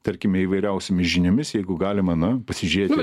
tarkime įvairiausiomis žiniomis jeigu galima na pasižiūrėti